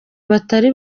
batari